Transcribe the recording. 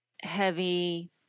heavy